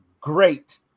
great